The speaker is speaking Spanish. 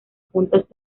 puntas